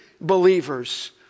believers